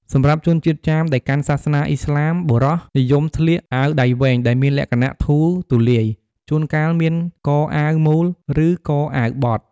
សម្រាប់ជនជាតិចាមដែលកាន់សាសនាឥស្លាមបុរស និយមស្លៀក អាវដៃវែង ដែលមានលក្ខណៈធូរទូលាយ ជួនកាលមានកអាវមូល ឬកអាវបត់។